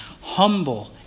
humble